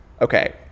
Okay